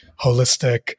holistic